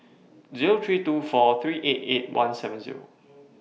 three two four three eight eight one seven